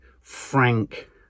frank